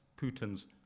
Putin's